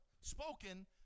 spoken